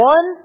One